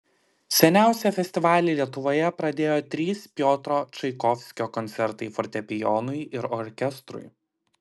seniausią festivalį lietuvoje pradėjo trys piotro čaikovskio koncertai fortepijonui ir orkestrui